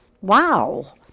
wow